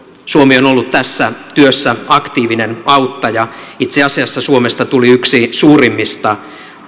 suomi on ollut tässä työssä aktiivinen auttaja itse asiassa suomesta tuli yksi suurimmista